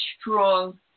strong